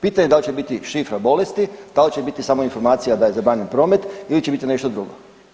Pitanje da li će biti šifra bolesti, da li će biti samo informacija da je zabranjen promet ili će biti nešto drugo.